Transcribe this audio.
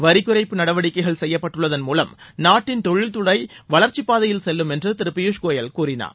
வரி குறைப்பு நடவடிக்கைகள் செய்யப்பட்டுள்ளதன் மூலம் நாட்டின் தொழில்துறை வளர்ச்சிப்பாதையில் செல்லும் என்று திரு ஃபியூஷ் கோயல் கூறினார்